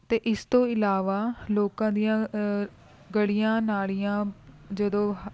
ਅਤੇ ਇਸ ਤੋਂ ਇਲਾਵਾ ਲੋਕਾਂ ਦੀਆਂ ਗਲੀਆਂ ਨਾਲੀਆਂ ਜਦੋਂ ਹ